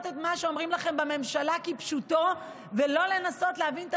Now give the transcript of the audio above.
את מה שאומרים לכם בממשלה כפשוטו ולא לנסות להבין את